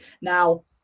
Now